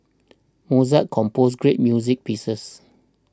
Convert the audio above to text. Mozart composed great music pieces